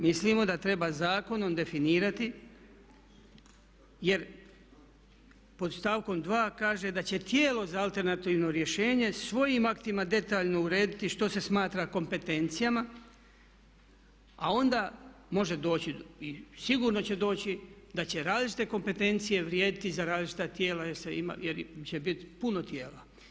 Mislimo da treba zakonom definirati jer pod stavkom 2. kaže da će tijelo za alternativno rješenje svojim aktima detaljno urediti što se smatra kompetencijama a onda može doći i sigurno će doći da će različite kompetencije vrijediti za različita tijela jer se ima, jer će biti puno tijela.